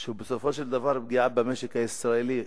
שהוא בסופו של דבר פגיעה במשק הישראלי,